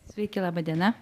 sveiki laba diena